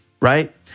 right